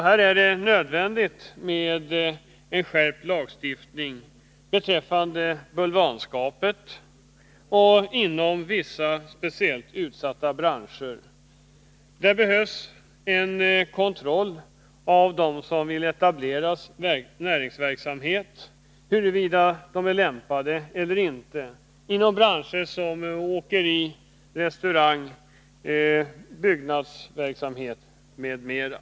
Här är det nödvändigt med en skärpt lagstiftning beträffande bulvanskapet inom vissa speciellt utsatta branscher. Det behövs en kontroll av dem som vill etablera näringsverksamhet, huruvida de är lämpade eller inte, inom branscher som åkeri, restaurang, byggnadsverksamhet m.m.